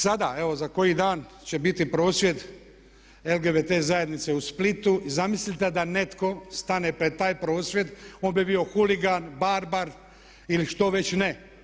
Sada, evo za koji dan će biti prosvjed LGBT zajednice u Splitu i zamislite da netko stane pred taj prosvjed, on bi bio huligan, barbar ili što već ne.